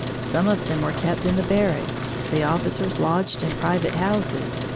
some of them were kept in the barracks, the officers lodged in private houses,